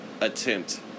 attempt